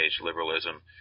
liberalism